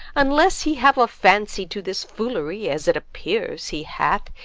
unless he have a fancy to this foolery, as it appears he hath,